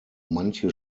manche